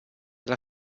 alla